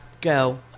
go